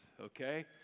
okay